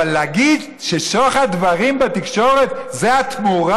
אבל להגיד ששוחד דברים בתקשורת זה התמורה?